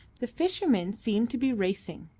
the fishermen seemed to be racing.